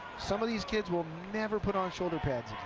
some of these kids will never put on shoulder pads